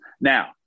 Now